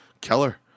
Keller